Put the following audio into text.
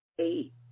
Eight